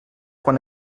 quan